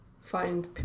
find